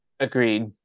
Agreed